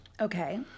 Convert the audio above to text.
Okay